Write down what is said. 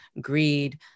greed